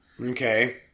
Okay